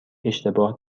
اشتباه